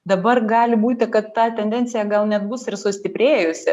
dabar gali būti kad ta tendencija gal net bus ir sustiprėjusi